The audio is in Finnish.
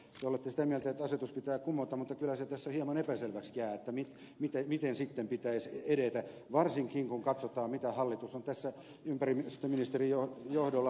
te olette sitä mieltä että asetus pitää kumota mutta kyllä se tässä hieman epäselväksi jää miten sitten pitäisi edetä varsinkin kun katsotaan mitä hallitus on tässä ympäristöministeriön johdolla tekemässä